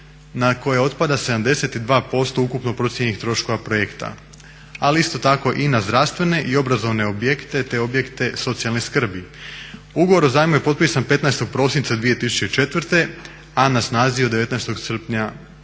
na koje otpada 72% ukupnog procijenjenih troškova projekta, ali isto tako i na zdravstvene i obrazovne objekte te objekte socijalne skrbi. Ugovor o zajmu je potpisan 15. prosinca 2004., a na snazi je od 19. srpnja 2005.